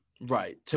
Right